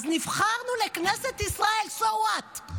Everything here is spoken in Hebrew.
אז נבחרנו לכנסת ישראל, so what?